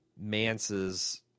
Mance's